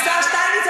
השר שטייניץ,